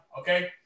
okay